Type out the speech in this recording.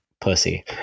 pussy